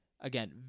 again